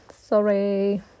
Sorry